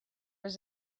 was